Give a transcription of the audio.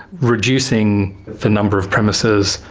reducing the number of premises,